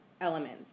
elements